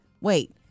wait